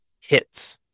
Hits